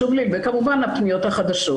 וכמובן הפניות החדשות.